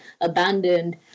abandoned